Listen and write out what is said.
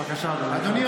בבקשה, אדוני.